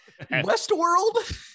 Westworld